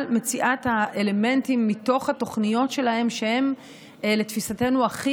מציאת האלמנטים מתוך התוכניות שלהם שהם לתפיסתנו הכי